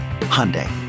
Hyundai